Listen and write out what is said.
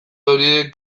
horiek